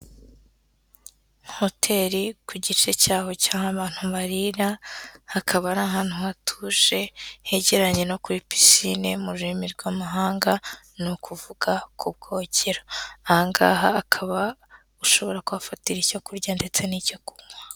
Hoteli ku gice cyaho cy'aho abantu baririra, hakaba ari ahantu hatuje, hegeranye no kuri pisine mu rurimi rw'amahanga, ni ukuvuga ku bwogero, aha ngaha akaba ushobora kuhafatira icyo kurya ndetse n'icyo kunywa.